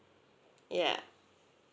ya